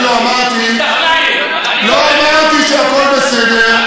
אני לא אמרתי שהכול בסדר,